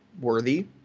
worthy